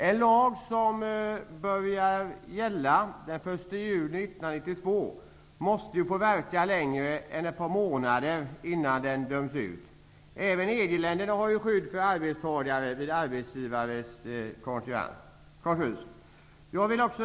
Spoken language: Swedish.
En lag som började att gälla den 1 juli 1992 måste få verka längre än ett par månader innan den döms ut. Även EG-länderna har skydd för arbetstagare vid arbetsgivares konkurs.